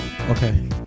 Okay